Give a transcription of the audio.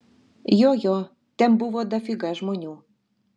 jo jo ten buvo dafiga žmonių